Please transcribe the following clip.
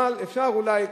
אבל אפשר אולי,